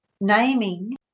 Naming